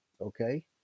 okay